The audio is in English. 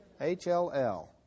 H-L-L